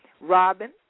Robin